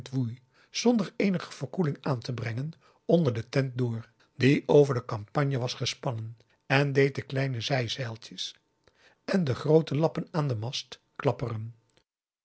zonder eenige verkoeling aan te brengen onder de tent door die over de kampanje was gespannen en deed de kleine zijzeiltjes en de groote lappen aan den mast klapperen